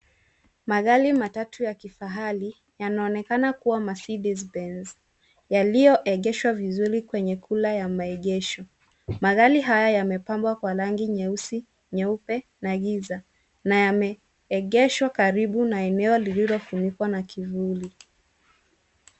Magari matatu ya kifahari yanaonekana kuwa Mercedes-Benz. Yaliyoegeshwa vizuri kwenye kula ya maegesho. Magari haya yamepambwa kwa rangi nyeusi, nyeupe na giza, na yameegeshwa karibu na eneo lililofunikwa na kivuli.